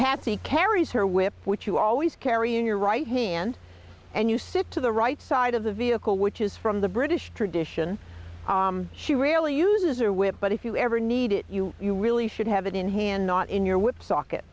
patsy carries her whip which you always carry in your right hand and use it to the right side of the vehicle which is from the british tradition she rarely uses or whip but if you ever need it you you really should have it in hand not in your whip socket